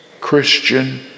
Christian